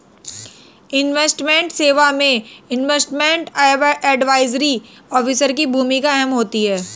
investment सेवा में investment advisory officer की भूमिका अहम होती है